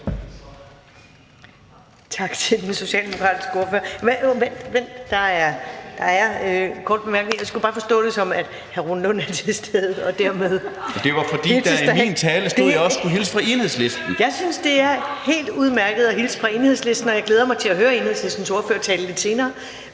Tak til den socialdemokratiske ordfører. Vent! Der er korte bemærkninger. Jeg skulle bare forstå det, som at hr. Rune Lund er til stede og dermed... (Malte Larsen (S): Det var, fordi der i min tale stod, at jeg også skulle hilse fra Enhedslisten). Jeg synes, det er helt udmærket at hilse fra Enhedslisten, og jeg glæder mig til at høre Enhedslistens ordførertale lidt senere,